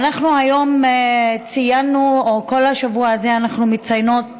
אנחנו היום ציינו, כל השבוע הזה אנחנו מציינות את